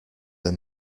they